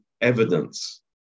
evidence